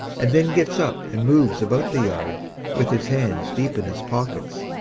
and then gets up and moves about the yard with his hands deep in his pockets,